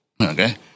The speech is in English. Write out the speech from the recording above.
Okay